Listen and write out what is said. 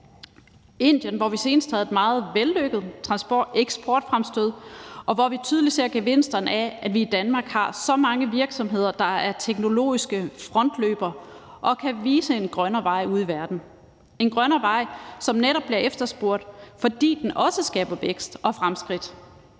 Indien har vi senest haft et meget vellykket eksportfremstød, og her ser vi tydeligt gevinsterne af, at vi i Danmark har så mange virksomheder, der er teknologiske frontløbere, og som kan vise en grønnere vej ude i verden, en grønnere vej, som netop bliver efterspurgt, fordi den også skaber vækst og fremskridt.